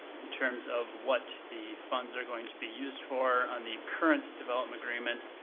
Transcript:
in terms of what the funds are going to be used for on the current development agreement,